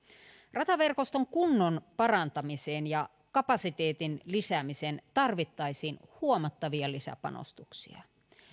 rataverkoston kunnon parantamiseen ja kapasiteetin lisäämiseen tarvittaisiin huomattavia lisäpanostuksia